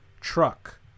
truck